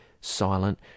silent